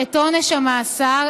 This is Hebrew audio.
את עונש המאסר,